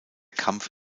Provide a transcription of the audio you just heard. kampf